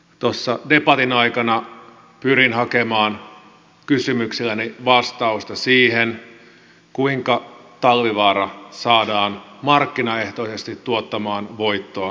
tuossa debatin aikana pyrin hakemaan kysymyksilläni vastausta siihen kuinka talvivaara saadaan markkinaehtoisesti tuottamaan voittoa tulevaisuudessa